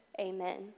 Amen